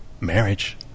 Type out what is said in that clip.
marriage